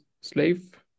Slave